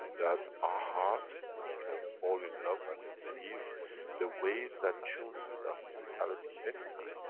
that our heart can fall in love, and receive the way that tunes with our physicality any time.